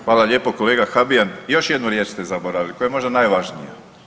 Hvala lijepo kolega Habijan, još jednu riječ ste zaboravili koja je možda najvažnija.